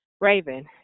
Raven